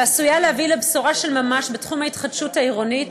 שעשויה להביא לבשורה של ממש בתחום ההתחדשות העירונית,